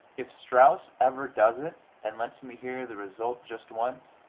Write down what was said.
if strauss ever does it and lets me hear the result just once,